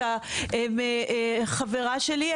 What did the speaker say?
את החברה שלי,